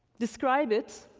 describe it,